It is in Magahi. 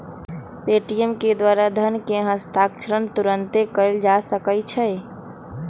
पे.टी.एम के द्वारा धन के हस्तांतरण तुरन्ते कएल जा सकैछइ